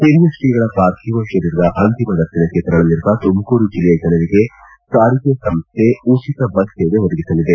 ಹಿರಿಯ ತ್ರೀಗಳ ಪಾರ್ಥಿವ ಶರೀರದ ಅಂತಿಮ ದರ್ಶನಕ್ಕೆ ತೆರಳಲಿರುವ ತುಮಕೂರು ಜಿಲ್ಲೆಯ ಜನರಿಗೆ ಸಾರಿಗೆ ಸಂಸ್ಥೆ ಉಚಿತ ಬಸ್ ಸೇವೆ ಒದಗಿಸಲಿದೆ